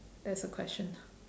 that's the question